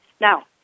Now